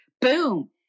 Boom